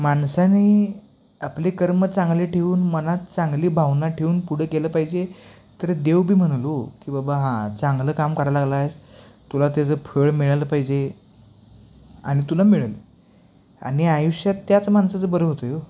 माणसाने आपले कर्म चांगले ठेवून मनात चांगली भावना ठेवून पुढं गेलं पाहिजे तर देवबी म्हणेल हो की बाबा हां चांगलं काम करा लागला आहेस तुला त्याचं फळ मिळालं पाहिजे आणि तुला मिळेल आणि आयुष्यात त्याच माणसाचं बरं होत आहे हो